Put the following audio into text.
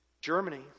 Germany